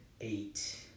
eight